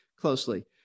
closely